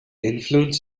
influence